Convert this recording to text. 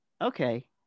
Okay